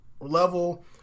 level